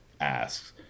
asks